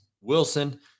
Wilson